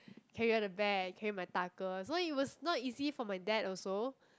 carry all the bag carry my 大哥 so it was not easy for my dad also